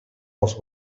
els